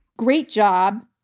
great job.